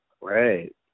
Right